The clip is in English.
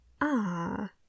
Ah